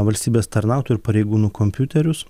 valstybės tarnautojų ir pareigūnų kompiuterius